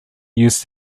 use